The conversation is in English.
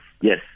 yes